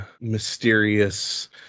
mysterious